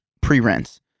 pre-rinse